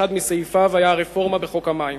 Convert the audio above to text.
שאחד מסעיפיו היה הרפורמה בחוק המים,